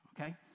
Okay